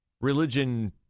religion